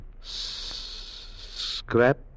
Scrap